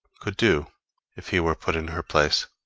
could do if he were put in her place.